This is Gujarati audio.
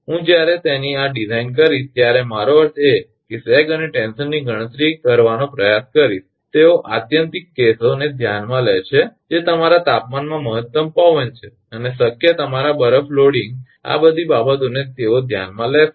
હું જ્યારે તેની આ ડિઝાઇન કરીશ ત્યારે મારો અર્થ એ કે સેગ અને ટેન્શનની ગણતરી કરવાનો પ્રયાસ કરીશ તેઓ આત્યંતિક કેસોને ધ્યાનમાં લે છે જે તમારા તાપમાનમાં મહત્તમ પવન છે અને શક્ય તમારા બરફ લોડિંગ આ બધી બાબતોને તેઓ ધ્યાનમાં લેશે